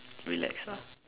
relax lah